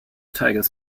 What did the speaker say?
tigers